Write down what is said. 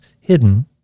hidden